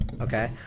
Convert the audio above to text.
Okay